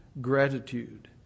gratitude